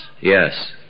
Yes